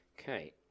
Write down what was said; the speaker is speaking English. Okay